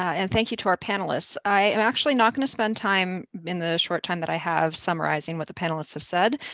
and thank you to our panelists. i am actually not gonna spend time in the short time that i have summarizing what the panelists have said.